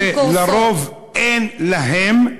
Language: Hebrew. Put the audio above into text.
ולרוב אין להן,